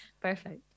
perfect